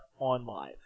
OnLive